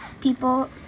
people